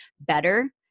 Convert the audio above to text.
better